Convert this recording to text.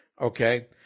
okay